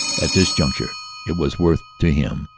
at this juncture it was worth to him,